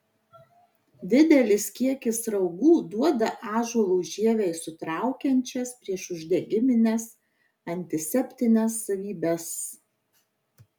didelis kiekis raugų duoda ąžuolo žievei sutraukiančias priešuždegimines antiseptines savybes